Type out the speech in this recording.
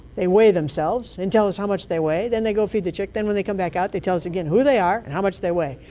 they weigh themselves and tell us how much they weigh, then they go feed the chick, then when they come back out they tell us again who they are and how much they weigh.